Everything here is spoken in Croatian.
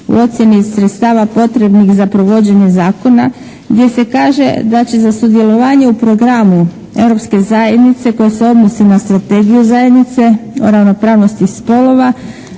o ocjeni sredstava potrebnih za provođenje zakona gdje se kaže da će za sudjelovanje u programu Europske zajednice koji se odnosi na strategiju zajednice o ravnopravnosti spolova